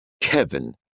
Kevin